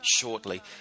shortly